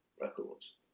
records